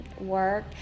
work